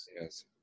Yes